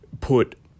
put